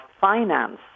finance